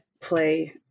play